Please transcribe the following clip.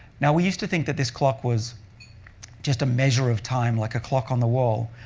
now we used to think that this clock was just a measure of time, like a clock on the wall.